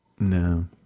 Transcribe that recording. No